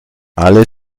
alle